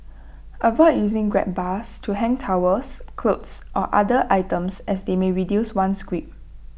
avoid using grab bars to hang towels clothes or other items as they may reduce one's grip